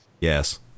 Yes